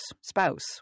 spouse